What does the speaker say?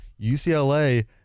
UCLA